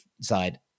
side